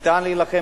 ניתן להילחם